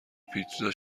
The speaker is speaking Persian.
پیتزا